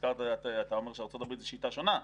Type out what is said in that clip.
אתה אומר שארצות הברית זו שיטה שונה,